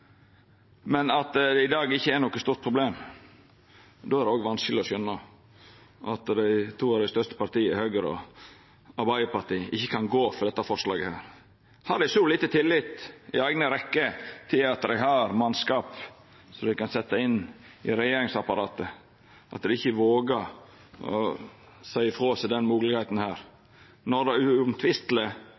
men at det ikkje er noko stort problem i dag, då er det òg vanskeleg å skjøna at to av dei største partia, Høgre og Arbeidarpartiet, ikkje kan gå inn for dette forslaget. Har dei så lite tillit i eigne rekkjer til at dei har mannskap dei kan setja inn i regjeringsapparatet, at dei ikkje våger å seia frå seg denne moglegheita – når det uomtvisteleg